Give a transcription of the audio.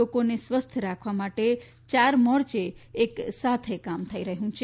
લોકોને સ્વસ્થ રાખવા માટે યાર મોરચે એક સાથે કામ થઈ રહ્યું છે